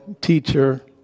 teacher